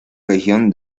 región